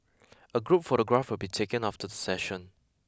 a group photograph will be taken after the session